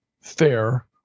fair